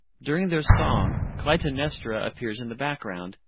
during their song clytemnestra appears in the background,